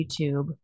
YouTube